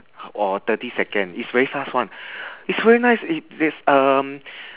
or thirty second it's very fast one it's very nice it is um